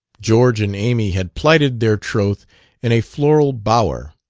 george and amy had plighted their troth in a floral bower,